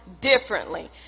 differently